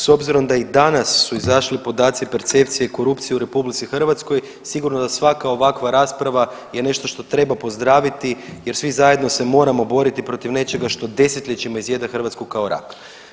S obzirom da i danas su izašli podaci percepcije korupcije u RH, sigurno da svaka ovakva rasprava je nešto što treba pozdraviti jer svi zajedno se moramo boriti protiv nečega što desetljećima izjeda Hrvatsku kao rak.